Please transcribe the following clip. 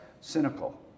cynical